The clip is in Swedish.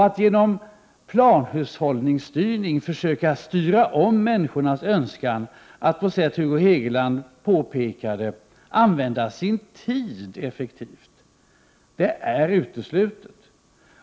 Att genom planhushållning försöka styra om människornas önskan att, som Hugo Hegeland påpekade, använda sin tid effektivt är uteslutet.